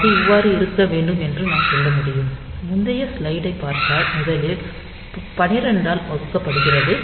இது இவ்வாறு இருக்க வேண்டும் என்று நான் சொல்ல முடியும் முந்தைய ஸ்லைடைப் பார்த்தால் முதலில் 12 ஆல் வகுக்கப்படுகிறது